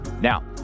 Now